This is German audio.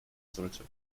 sollte